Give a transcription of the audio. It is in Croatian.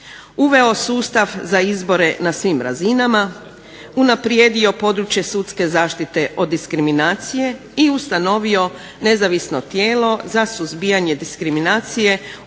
uveo sustav za izbore na svim razinama, unaprijedio područje sudske zaštite od diskriminacije i ustanovio nezavisno tijelo za suzbijanje diskriminacije